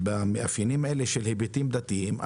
במאפיינים האלה של היבטים דתיים,